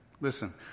listen